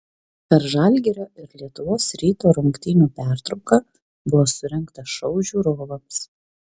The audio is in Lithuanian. per žalgirio ir lietuvos ryto rungtynių pertrauką buvo surengtas šou žiūrovams